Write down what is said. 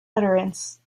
utterance